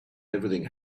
everything